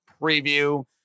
preview